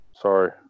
sorry